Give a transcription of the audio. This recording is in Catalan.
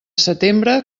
setembre